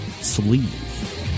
sleeve